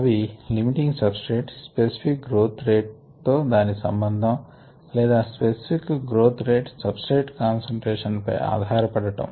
అవి limiting substrate specific growth rate తో దాని సంభందం లేదా specific growth rate substrate concentration పై ఆధారపడటం